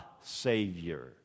Savior